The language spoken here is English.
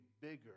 bigger